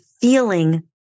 feeling